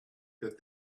that